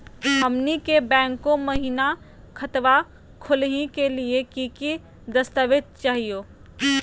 हमनी के बैंको महिना खतवा खोलही के लिए कि कि दस्तावेज चाहीयो?